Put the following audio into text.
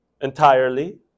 entirely